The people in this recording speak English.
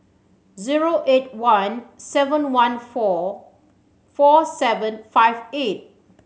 zero eight one seven one four four seven five eight